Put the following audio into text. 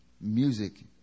music